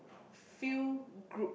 few group